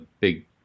big